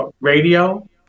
radio